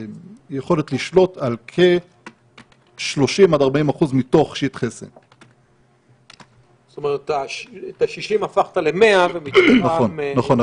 Cאיבדנו יכולת לשלוט על כ-30% עד 40% מתוך שטחי C. זאת אומרת שאת ה-60% הפכת ל-100% ומתוכם 30%. נכון,